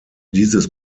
dieses